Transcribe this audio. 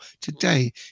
today